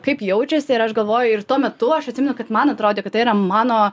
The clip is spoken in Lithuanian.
kaip jaučiasi ir aš galvoju ir tuo metu aš atsimenu kad man atrodė kad tai yra mano